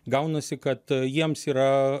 gaunasi kad jiems yra